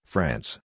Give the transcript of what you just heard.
France